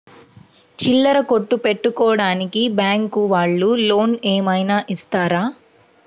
చిల్లర కొట్టు పెట్టుకోడానికి బ్యాంకు వాళ్ళు లోన్ ఏమైనా ఇస్తారా?